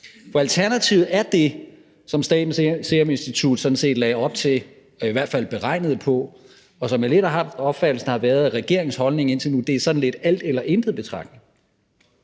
For alternativet er det, som Statens Serum Institut sådan set lagde op til og i hvert fald beregnede på, og som jeg lidt har haft opfattelsen har været regeringens holdning indtil nu, altså en sådan alt eller intet-betragtning.